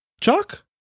Chuck